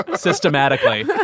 systematically